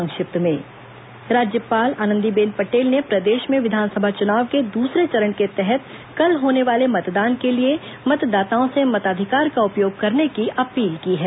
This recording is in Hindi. संक्षिप्त समाचार राज्यपाल आनदीबेन पटेल ने प्रदेश में विधानसभा चुनाव के दूसरे चरण के तहत कल होने वाले मतदान के लिए मतदाताओं से मताधिकार का उपयोग करने की अपील की है